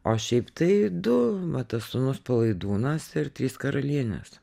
o šiaip tai du va tas sūnus palaidūnas ir trys karalienės